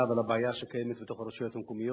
ולבעיה שקיימת בתוך הרשויות המקומיות,